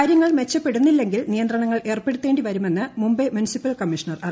കാര്യങ്ങൾ മെച്ചപ്പെടുന്നില്പെങ്കിൽ നിയന്ത്രണങ്ങൾ ഏർപ്പെട്ടുത്തേണ്ടിവരുമെന്ന് മുംബൈ മുൻസിപ്പൽ കമ്മീഷണർ അറിയിച്ചു